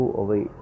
away